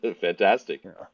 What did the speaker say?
Fantastic